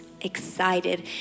excited